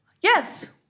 yes